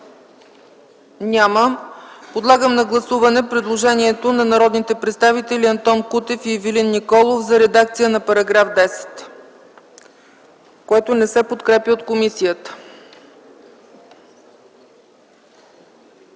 Няма. Подлагам на гласуване предложението на народните представители Антон Кутев и Ивелин Николов за редакция на § 10, което не се подкрепя от комисията.